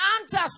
answers